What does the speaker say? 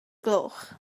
gloch